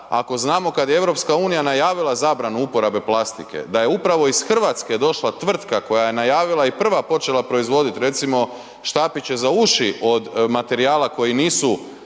ako znamo kad je EU najavila zabranu uporabe plastike, da je upravo iz Hrvatske došla tvrtka koja je najavila i rva počela proizvoditi recimo štapiće za uši od materijala koji nisu